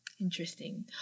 Interesting